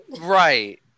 Right